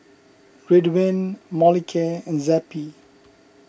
Ridwind Molicare and Zappy